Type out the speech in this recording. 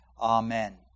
Amen